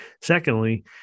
Secondly